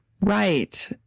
right